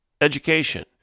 Education